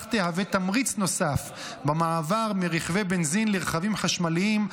ובכך תהווה תמריץ נוסף במעבר מרכבי בנזין לרכבים חשמליים,